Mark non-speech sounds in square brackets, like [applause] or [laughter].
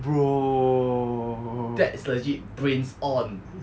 bro [laughs]